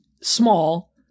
small